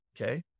Okay